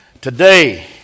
today